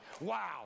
wow